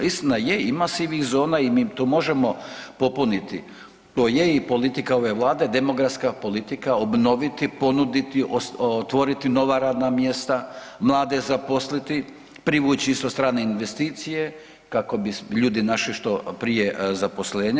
Istina je ima sivih zona i mi to možemo popuniti, to je i politika ove Vlade, demografska politika, obnoviti, ponuditi, otvoriti nova radna mjesta, mlade zaposliti, privući isto strane investicije kako bi ljudi našli što prije zaposlenje.